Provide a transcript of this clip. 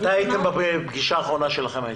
מתי הייתה הפגישה האחרונה שלכם?